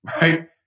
right